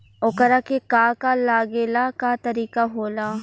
ओकरा के का का लागे ला का तरीका होला?